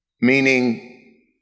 meaning